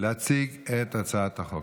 להציג את הצעת החוק,